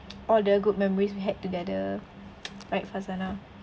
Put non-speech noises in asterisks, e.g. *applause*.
*noise* all the good memories we had together *noise* right fauzana